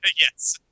yes